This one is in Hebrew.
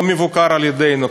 לא מבוקר על-ידינו.